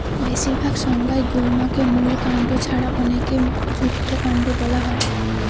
বেশিরভাগ সংজ্ঞায় গুল্মকে মূল কাণ্ড ছাড়া অনেকে যুক্তকান্ড বোলা হয়